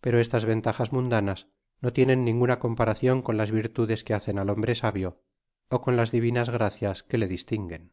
pero estas ventajas mundanas no tienen ninguna comparacion con las virtudes que hacen al hombre sabio ó con las divinas gracias que le distinguen